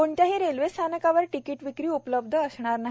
कोणत्याही रेल्वे स्थानकावर तिकिट विक्री उपलब्ध असणार नाही